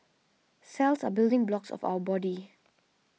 cells are building blocks of our body